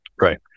Right